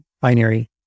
binary